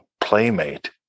playmate